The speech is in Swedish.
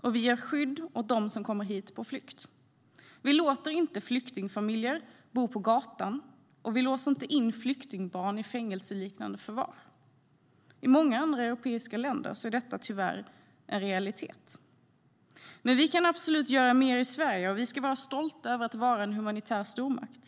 och vi ger skydd åt dem som kommer hit på flykt. Vi låter inte flyktingfamiljer bo på gatan, och vi låser inte in flyktingbarn i fängelseliknande förvar. I många andra europeiska länder är detta tyvärr en realitet. Men vi kan absolut göra mer i Sverige. Vi ska vara stolta över att vara en humanitär stormakt.